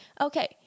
okay